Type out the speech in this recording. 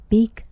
Big